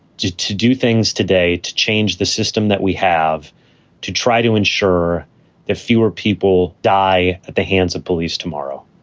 just to do things today to change the system that we have to try to ensure that fewer people die at the hands of police tomorrow,